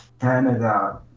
Canada